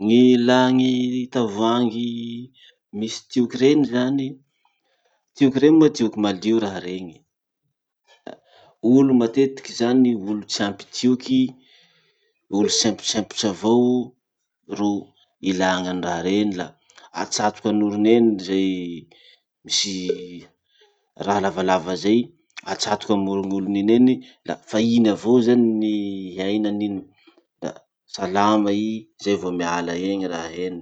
Gny ilà gny tavoangy misy tioky reny zany, tioky reny moa tioky malio raha regny. Olo matetiky zany olo tsy ampy tioky, olo semposempotsy avao ro ilàgna any raha reny, la atsatoky an'orony eny zay misy raha lavalava zay, atsatoky amy oronon'olo iny eny, la fa iny avao zany ny iainany iny. La salama i zay vo miala eny raha iny.